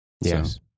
Yes